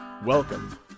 Welcome